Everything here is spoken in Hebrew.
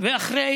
ואחרי